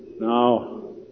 Now